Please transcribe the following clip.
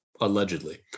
allegedly